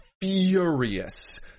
furious